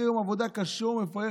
אחרי יום עבודה קשה ומפרך,